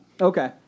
Okay